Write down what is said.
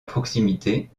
proximité